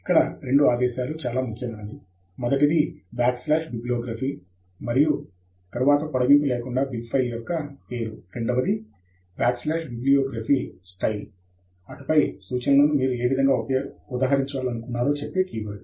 ఇక్కడ రెండు ఆదేశాలు చాలా ముఖ్యమైనవి మొదటిది బిబిలోగ్రఫి bibliography మరియు తరువాత పొడిగింపు లేకుండా బిబ్ ఫైల్ యొక్క పేరు రెండవది బిబిలోగ్రఫి స్టయిల్ bibliography style అటుపై సూచనలను మీరు ఏ విధంగా ఉదహరించాలనుకుంటున్నారో చెప్పే కీవర్డ్